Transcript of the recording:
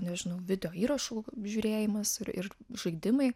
nežinau video įrašų žiūrėjimas ir ir žaidimai